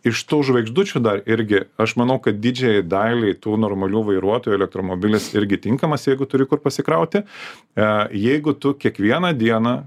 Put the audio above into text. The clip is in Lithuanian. iš tų žvaigždučių dar irgi aš manau kad didžiajai daliai tų normalių vairuotojų elektromobilis irgi tinkamas jeigu turi kur pasikrauti a jeigu tu kiekvieną dieną